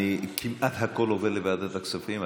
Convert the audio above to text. כמעט הכול עובר לוועדת הכספים.